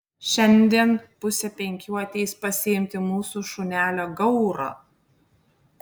šiandien pusę penkių ateis pasiimti mūsų šunelio gauro